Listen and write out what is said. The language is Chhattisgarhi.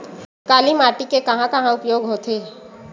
काली माटी के कहां कहा उपयोग होथे?